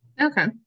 okay